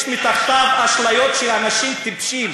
יש שרידים, יש מתחתיו אשליות של אנשים טיפשים.